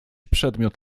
przedmiot